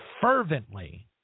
fervently